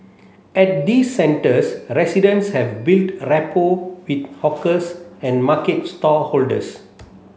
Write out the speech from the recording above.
at these centres residents have built rapport with hawkers and market stallholders